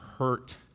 hurt